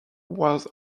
was